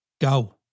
go